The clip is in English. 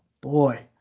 boy